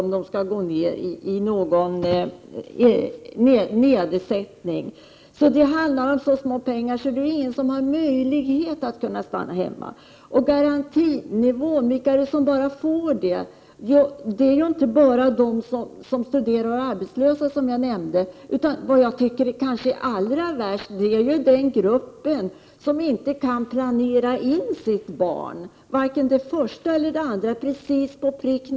om dagen kvar. Det handlar om så små pengar, att det inte är någon som har möjlighet att stanna hemma. Och vilka är det som bara får garantiersättning? Det är inte bara de som studerar eller är arbetslösa, utan allra värst anser jag att det blir för de föräldrar som inte kan planera in sina barn exakt på dagen för att komma i åtnjutande av ersättningen.